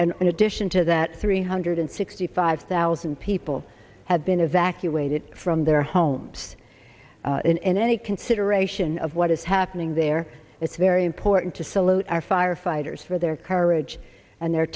and in addition to that three hundred sixty five thousand people have been evacuated from their homes in any consideration of what is happening there it's very important to salute our firefighters for their courage and the